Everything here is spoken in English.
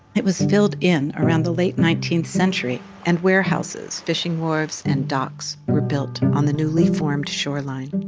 it was filled in around the late nineteenth century and warehouses, fishing wharves, and docks were built on the newly formed shoreline.